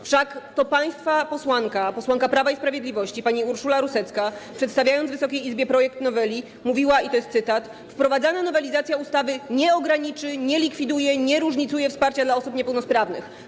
Wszak to państwa posłanka, posłanka Prawa i Sprawiedliwości, pani Urszula Rusecka, przedstawiając Wysokiej Izbie projekt noweli, mówiła, i to jest cytat: wprowadzana nowelizacja ustawy nie ogranicza, nie likwiduje, nie różnicuje wsparcia dla osób niepełnosprawnych.